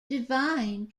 divine